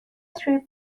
three